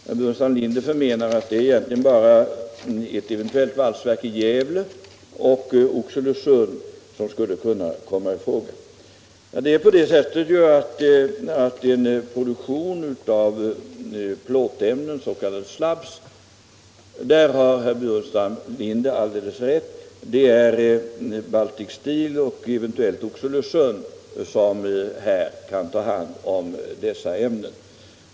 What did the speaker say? Herr Burenstam Linder menar att det egentligen bara är ett eventuellt valsverk i Gävle och Oxelösund som skulle komma i fråga som avnämare. När det gäller en produktion av plåtämnen, s.k. slabs, har herr Burenstam Linder alldeles rätt. Det är Baltic Steel och eventuellt Oxelösund som kan ta hand om dessa ämnen.